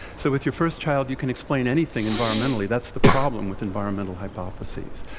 so, with your first child, you can explain anything environmentally. that's the problem with environmental hypotheses.